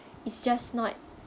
it's just not